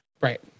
Right